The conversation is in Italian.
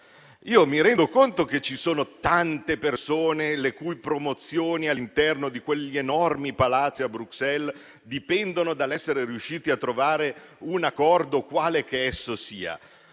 Mi rendo conto che ci sono tante persone le cui promozioni all'interno di quegli enormi palazzi a Bruxelles dipendono dall'essere riusciti a trovare un accordo quale che esso sia,